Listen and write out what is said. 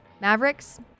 Mavericks